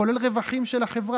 זה כולל רווחים של החברה.